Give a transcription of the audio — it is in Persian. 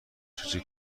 جوجه